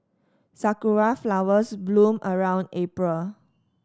sakura flowers bloom around April